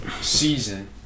season